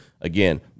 Again